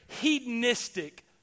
hedonistic